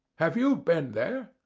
have you been there?